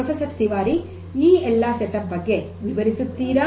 professor Tiwari ಈ ಎಲ್ಲಾ setup ಬಗ್ಗೆ ವಿವರಿಸುತ್ತೀರಾ